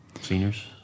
seniors